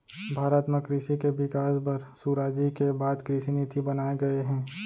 भारत म कृसि के बिकास बर सुराजी के बाद कृसि नीति बनाए गये हे